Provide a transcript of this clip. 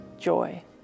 joy